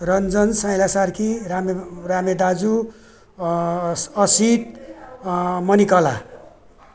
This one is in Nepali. रञ्जन साइँला सार्की रामे रामे दाजु असित मणिकला